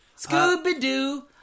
Scooby-Doo